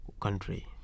country